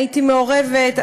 הייתי מעורבת,